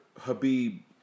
Habib